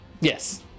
Yes